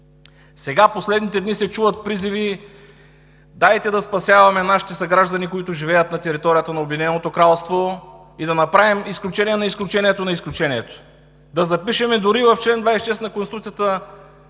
В последните дни се чуват призиви: дайте да спасяваме нашите съграждани, които живеят на територията на Обединеното кралство, и да направим изключение на изключението на изключението! Да запишем дори в чл. 26 на Конституцията,